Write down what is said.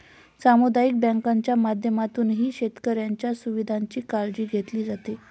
सामुदायिक बँकांच्या माध्यमातूनही शेतकऱ्यांच्या सुविधांची काळजी घेतली जाते